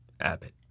Abbott